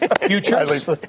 Futures